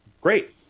great